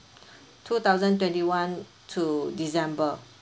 two thousand twenty one to december